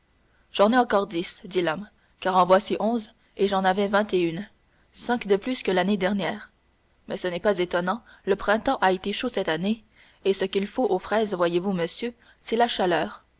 j'en ai encore dix dit l'homme car en voici onze et j'en avais vingt et une cinq de plus que l'année dernière mais ce n'est pas étonnant le printemps a été chaud cette année et ce qu'il faut aux fraises voyez-vous monsieur c'est la chaleur